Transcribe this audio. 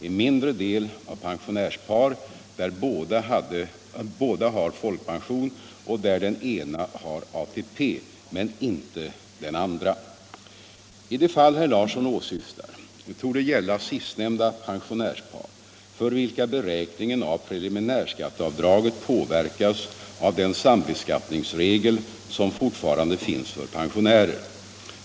En mindre del var pensionärspar där båda har folkpension och där den ena har ATP men inte den. andra. De fall herr Larsson åsyftar torde gälla sistnämnda pensionärspar, för. Nr 17 vilka beräkningen av preliminärskatteavdraget påverkas av den sambe Torsdagen den skattningsregel som fortfarande finns för pensionärer.